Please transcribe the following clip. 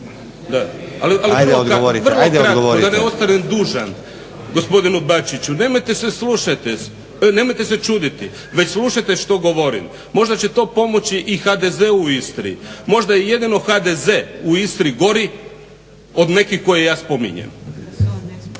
Ajde odgovorite./ … Vrlo kratko da ne ostanem dužan gospodinu Bačiću. Nemojte se čuditi već slušajte što govorim, možda će to pomoći i HDZ-u u Istri. Možda jedino HDZ u Istri gori od nekih koje ja spominjem.